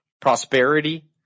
prosperity